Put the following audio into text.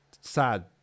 sad